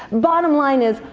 bottom line is,